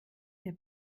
der